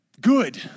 good